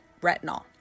retinol